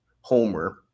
Homer